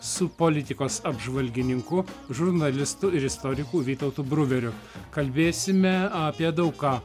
su politikos apžvalgininku žurnalistu ir istoriku vytautu bruveriu kalbėsime apie daug ką